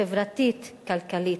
חברתית, כלכלית.